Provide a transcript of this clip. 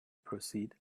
proceed